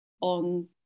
on